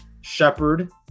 Shepard